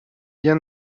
bien